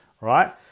right